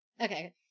Okay